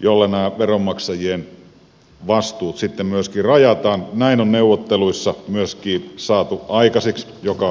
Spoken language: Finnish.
jolla nämä veronmaksajien vastuut myöskin rajataan on neuvotteluissa myöskin saatu aikaiseksi mikä on erinomainen asia